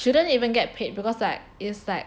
shouldn't even get paid because like it's like